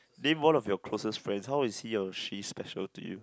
name one of your closest friend how is he or she special to you